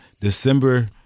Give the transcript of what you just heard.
December